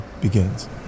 begins